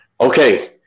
Okay